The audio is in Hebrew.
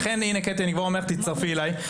לכן קטי, אני כבר אומר לך שתצטרפי אלי.